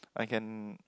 I can